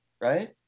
right